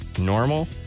Normal